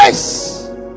yes